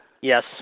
Yes